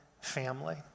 family